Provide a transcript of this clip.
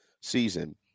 season